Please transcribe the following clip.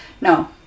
No